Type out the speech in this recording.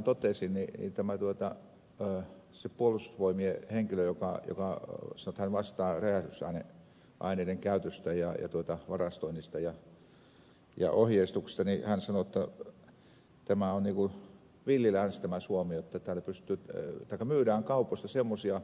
niin kuin paikaltani totesin niin se puolustusvoimien henkilö joka sanoi että hän vastaa räjähdysaineiden käytöstä ja varastoinnista ja ohjeistuksesta sanoi jotta tämä suomi on niin kuin villi länsi jotta täällä myydään kaupoissa semmoisia